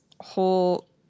whole